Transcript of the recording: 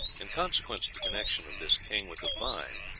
in consequence of the connection of this king with the vine,